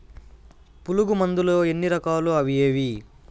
పులుగు మందులు ఎన్ని రకాలు అవి ఏవి?